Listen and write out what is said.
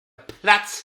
platzt